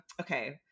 Okay